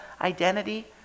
identity